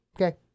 Okay